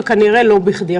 וכנראה לא בכדי.